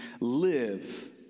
live